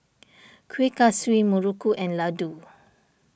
Kuih Kaswi Muruku and Laddu